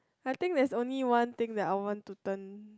I think there is only one thing that I want to turn